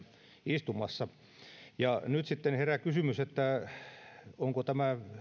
istumassa nyt sitten herää kysymys onko tämä